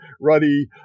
Ruddy